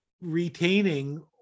retaining